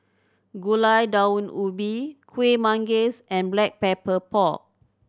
Gulai Daun Ubi Kuih Manggis and Black Pepper Pork